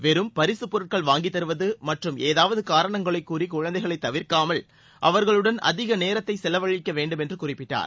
வெறும் பரிசுப் பொருட்கள் வாங்கித்தறுவது மற்றும் ஏதாவது காரணங்களை கூறி குழந்தைகளை தவிர்க்காமல் அவர்களுடன் அதிக நேரத்தை செலவழிக்க வேண்டும் என்று குறிப்பிட்டார்